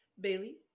Bailey